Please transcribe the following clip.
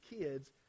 kids